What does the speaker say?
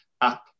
app